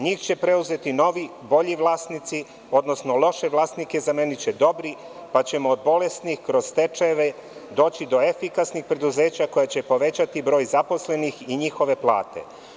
Njih će preuzeti novi, bolji vlasnici, odnosno loše vlasnike zameniće dobri, pa ćemo od bolesnih kroz stečajeve doći do efikasnih preduzeća koja će povećati broj zaposlenih i njihove plate.